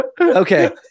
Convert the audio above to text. Okay